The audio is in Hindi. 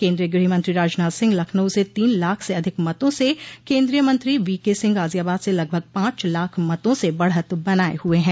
केन्द्रीय गृहमंत्री राजनाथ सिंह लखनऊ से तीन लाख से अधिक मतों से केन्द्रीय मंत्री वीके सिंह गाजियाबाद से लगभग पांच लाख मतों से बढ़त बनाये हुए है